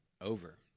over